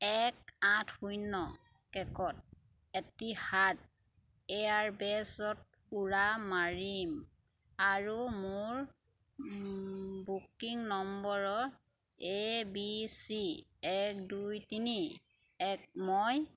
এক আঠ শূন্য কেকত এটিহাদ এয়াৰৱেজত উৰা মাৰিম আৰু মোৰ বুকিং নম্বৰৰ এ বি চি এক দুই তিনি এক মই